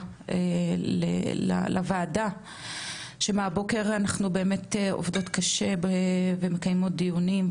לוועדה שמהבוקר אנחנו עובדות קשה ומקיימות דיונים,